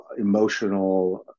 emotional